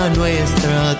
nuestra